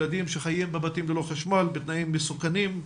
ילדים שחיים בבתים ללא חשמל בתנאים מסוכנים,